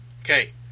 Okay